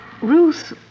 Ruth